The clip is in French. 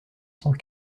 cent